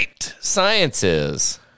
sciences